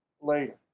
later